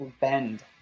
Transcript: bend